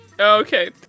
Okay